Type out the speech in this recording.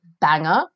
banger